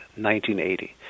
1980